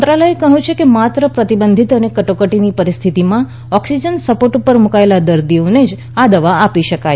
મંત્રાલયે કહ્યું છે કે માત્ર પ્રતિબંધિત કટોકટીની પરિસ્થિતિમાંઓક્સીજન સપોર્ટ ઉપર મુકાયેલા દર્દીઓને જ આ દવા આપી આપી શકાય